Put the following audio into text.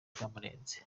byamurenze